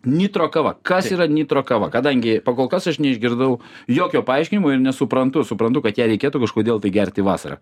nitro kava kas yra nitro kava kadangi kol kas aš neišgirdau jokio paaiškinimo ir nesuprantu suprantu kad ją reikėtų kažkodėl tai gerti vasarą